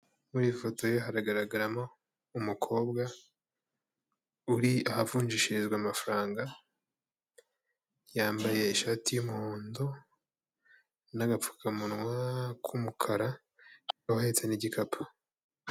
Muri iy'ifoto ye haragaragaramo, umukobwa uri ahavunjishirizwa amafaranga, yambaye ishati y'umuhondo n'agapfukamunwa k'umukara uhetse n'igikapu.